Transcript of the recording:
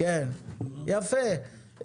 יפה,